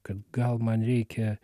kad gal man reikia